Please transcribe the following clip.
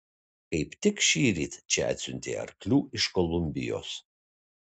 kaip tik šįryt čia atsiuntė arklių iš kolumbijos